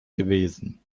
gewesen